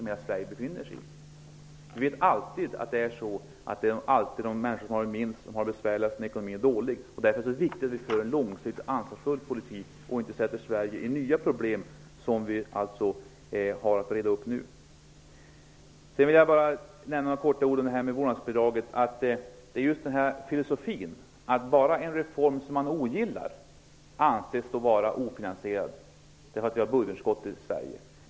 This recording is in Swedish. Det är alltid så att de människor som har minst får det besvärligast när ekonomin är dålig. Därför är det viktigt att vi för en långsiktig och ansvarsfull politik och inte ger Sverige nya problem utöver dem vi har att reda upp nu. Jag vill också säga något kort om vårdnadsbidraget. Socialdemokraterna har en filosofi som går ut på att bara den reform som man ogillar anses vara ofinansierad på grund av budgetunderskottet i Sverige.